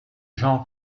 jean